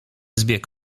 zbieg